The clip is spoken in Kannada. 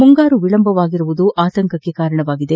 ಮುಂಗಾರು ವಿಳಂಬವಾಗಿರುವುದು ಆತಂಕಕ್ಕೆ ಕಾರಣವಾಗಿದೆ